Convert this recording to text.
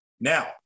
now